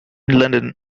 london